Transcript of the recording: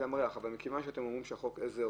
מכיוון שאתם אומרים שחוק העזר